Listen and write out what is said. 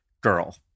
girl